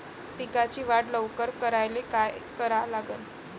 पिकाची वाढ लवकर करायले काय करा लागन?